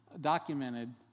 documented